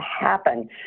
happen